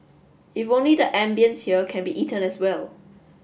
if only the ambience here can be eaten as well